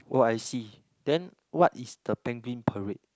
oh I see then what is the penguin parade